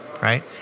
right